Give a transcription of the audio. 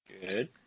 Good